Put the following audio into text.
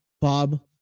Bob